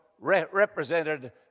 represented